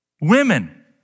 women